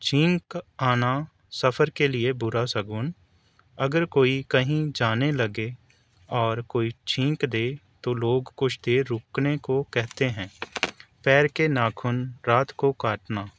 چھینک آنا سفر کے لیے برا شگون اگر کوئی کہیں جانے لگے اور کوئی چھینک دے تو لوگ کچھ دیر رکنے کو کہتے ہیں پیر کے ناخن رات کو کاٹنا